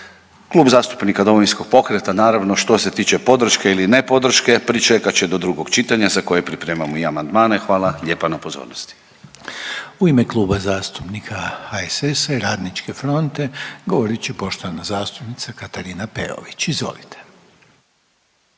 Klub zastupnika Domovinskog pokreta naravno što se tiče podrške ili ne podrške pričekat će do drugog čitanja za koje pripremamo i amandmane. Hvala lijepa na pozornosti. **Reiner, Željko (HDZ)** U ime Kluba zastupnika HSS-a i RF-a govorit će poštovana zastupnica Katarina Peović. Izvolite.